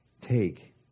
Take